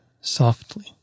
softly